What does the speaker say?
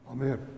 Amen